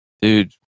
Dude